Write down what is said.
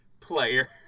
player